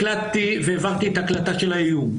הקלטתי והעברתי את ההקלטה של האיום.